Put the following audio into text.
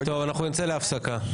טוב, אנחנו נצא להפסקה.